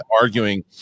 arguing